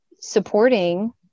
supporting